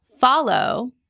follow